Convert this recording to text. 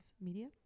Media